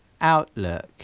outlook